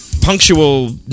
punctual